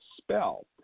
spell